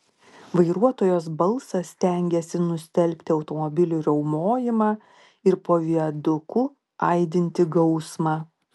vairuotojos balsas stengėsi nustelbti automobilių riaumojimą ir po viaduku aidintį gausmą